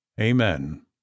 Amen